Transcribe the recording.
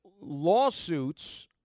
lawsuits